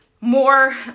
more